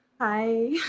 Hi